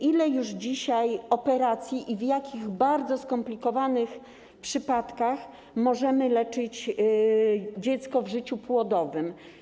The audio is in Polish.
Ile już przeprowadzono operacji i w jakich bardzo skomplikowanych przypadkach możemy leczyć dziecko w życiu płodowym?